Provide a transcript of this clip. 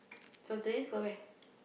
so today's go where